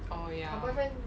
oh ya